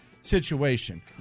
situation